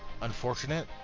unfortunate